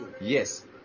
Yes